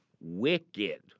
Wicked